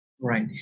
Right